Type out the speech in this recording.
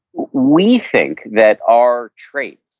we think that our traits,